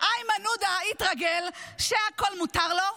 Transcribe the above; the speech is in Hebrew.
איימן עודה התרגל שהכול מותר לו,